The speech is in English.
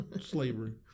slavery